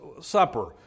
supper